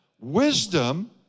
wisdom